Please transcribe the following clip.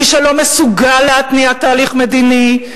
מי שלא מסוגל להתניע תהליך מדיני,